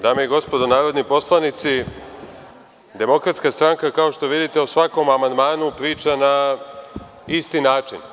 Dame i gospodo narodni poslanici, DS kao što vidite o svakom amandmanu priča na isti način.